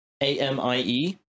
A-M-I-E